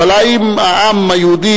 אבל האם העם היהודי,